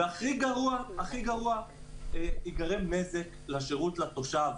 והכי גרוע, ייגרם נזק לשירות לתושב.